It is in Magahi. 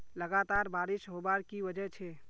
लगातार बारिश होबार की वजह छे?